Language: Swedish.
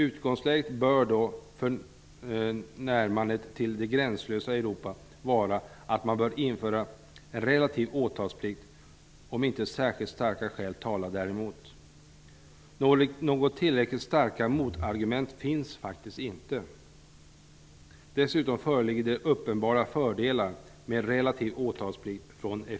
Utgångsläget för närmandet till det gränslösa Europa bör då vara ett införande av relativ åtalsplikt, om inte särskilt starka skäl talar däremot. Några tillräckligt starka motargument finns faktiskt inte. Dessutom föreligger från effektivitetssynpunkt uppenbara fördelar med relativ åtalsplikt.